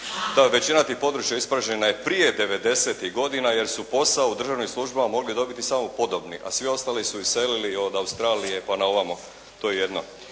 Da, većina tih područja ispražnjena je prije 90-tih godina jer su posao u državnim službama mogli dobiti samo podobni a svi ostali su iselili od Australije pa naovamo. To je jedno.